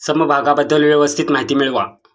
समभागाबद्दल व्यवस्थित माहिती मिळवा